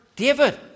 David